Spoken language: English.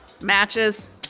Matches